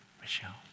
Michelle